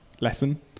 lesson